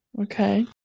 Okay